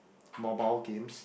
mobile games